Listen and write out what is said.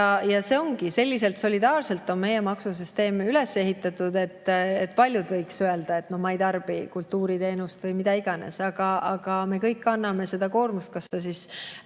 on kehvem. Selliselt solidaarselt ongi meie maksusüsteem üles ehitatud. Paljud võiks öelda: "Ma ei tarbi kultuuriteenust," või mida iganes, aga me kõik kanname seda koormust, ükskõik